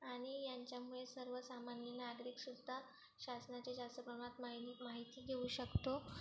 आणि यांच्यामुळे सर्वसामान्य नागरिकसुद्धा शासनाचे जास्त प्रमाणात मायणी माहिती घेऊ शकतो